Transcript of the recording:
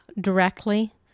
directly